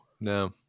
no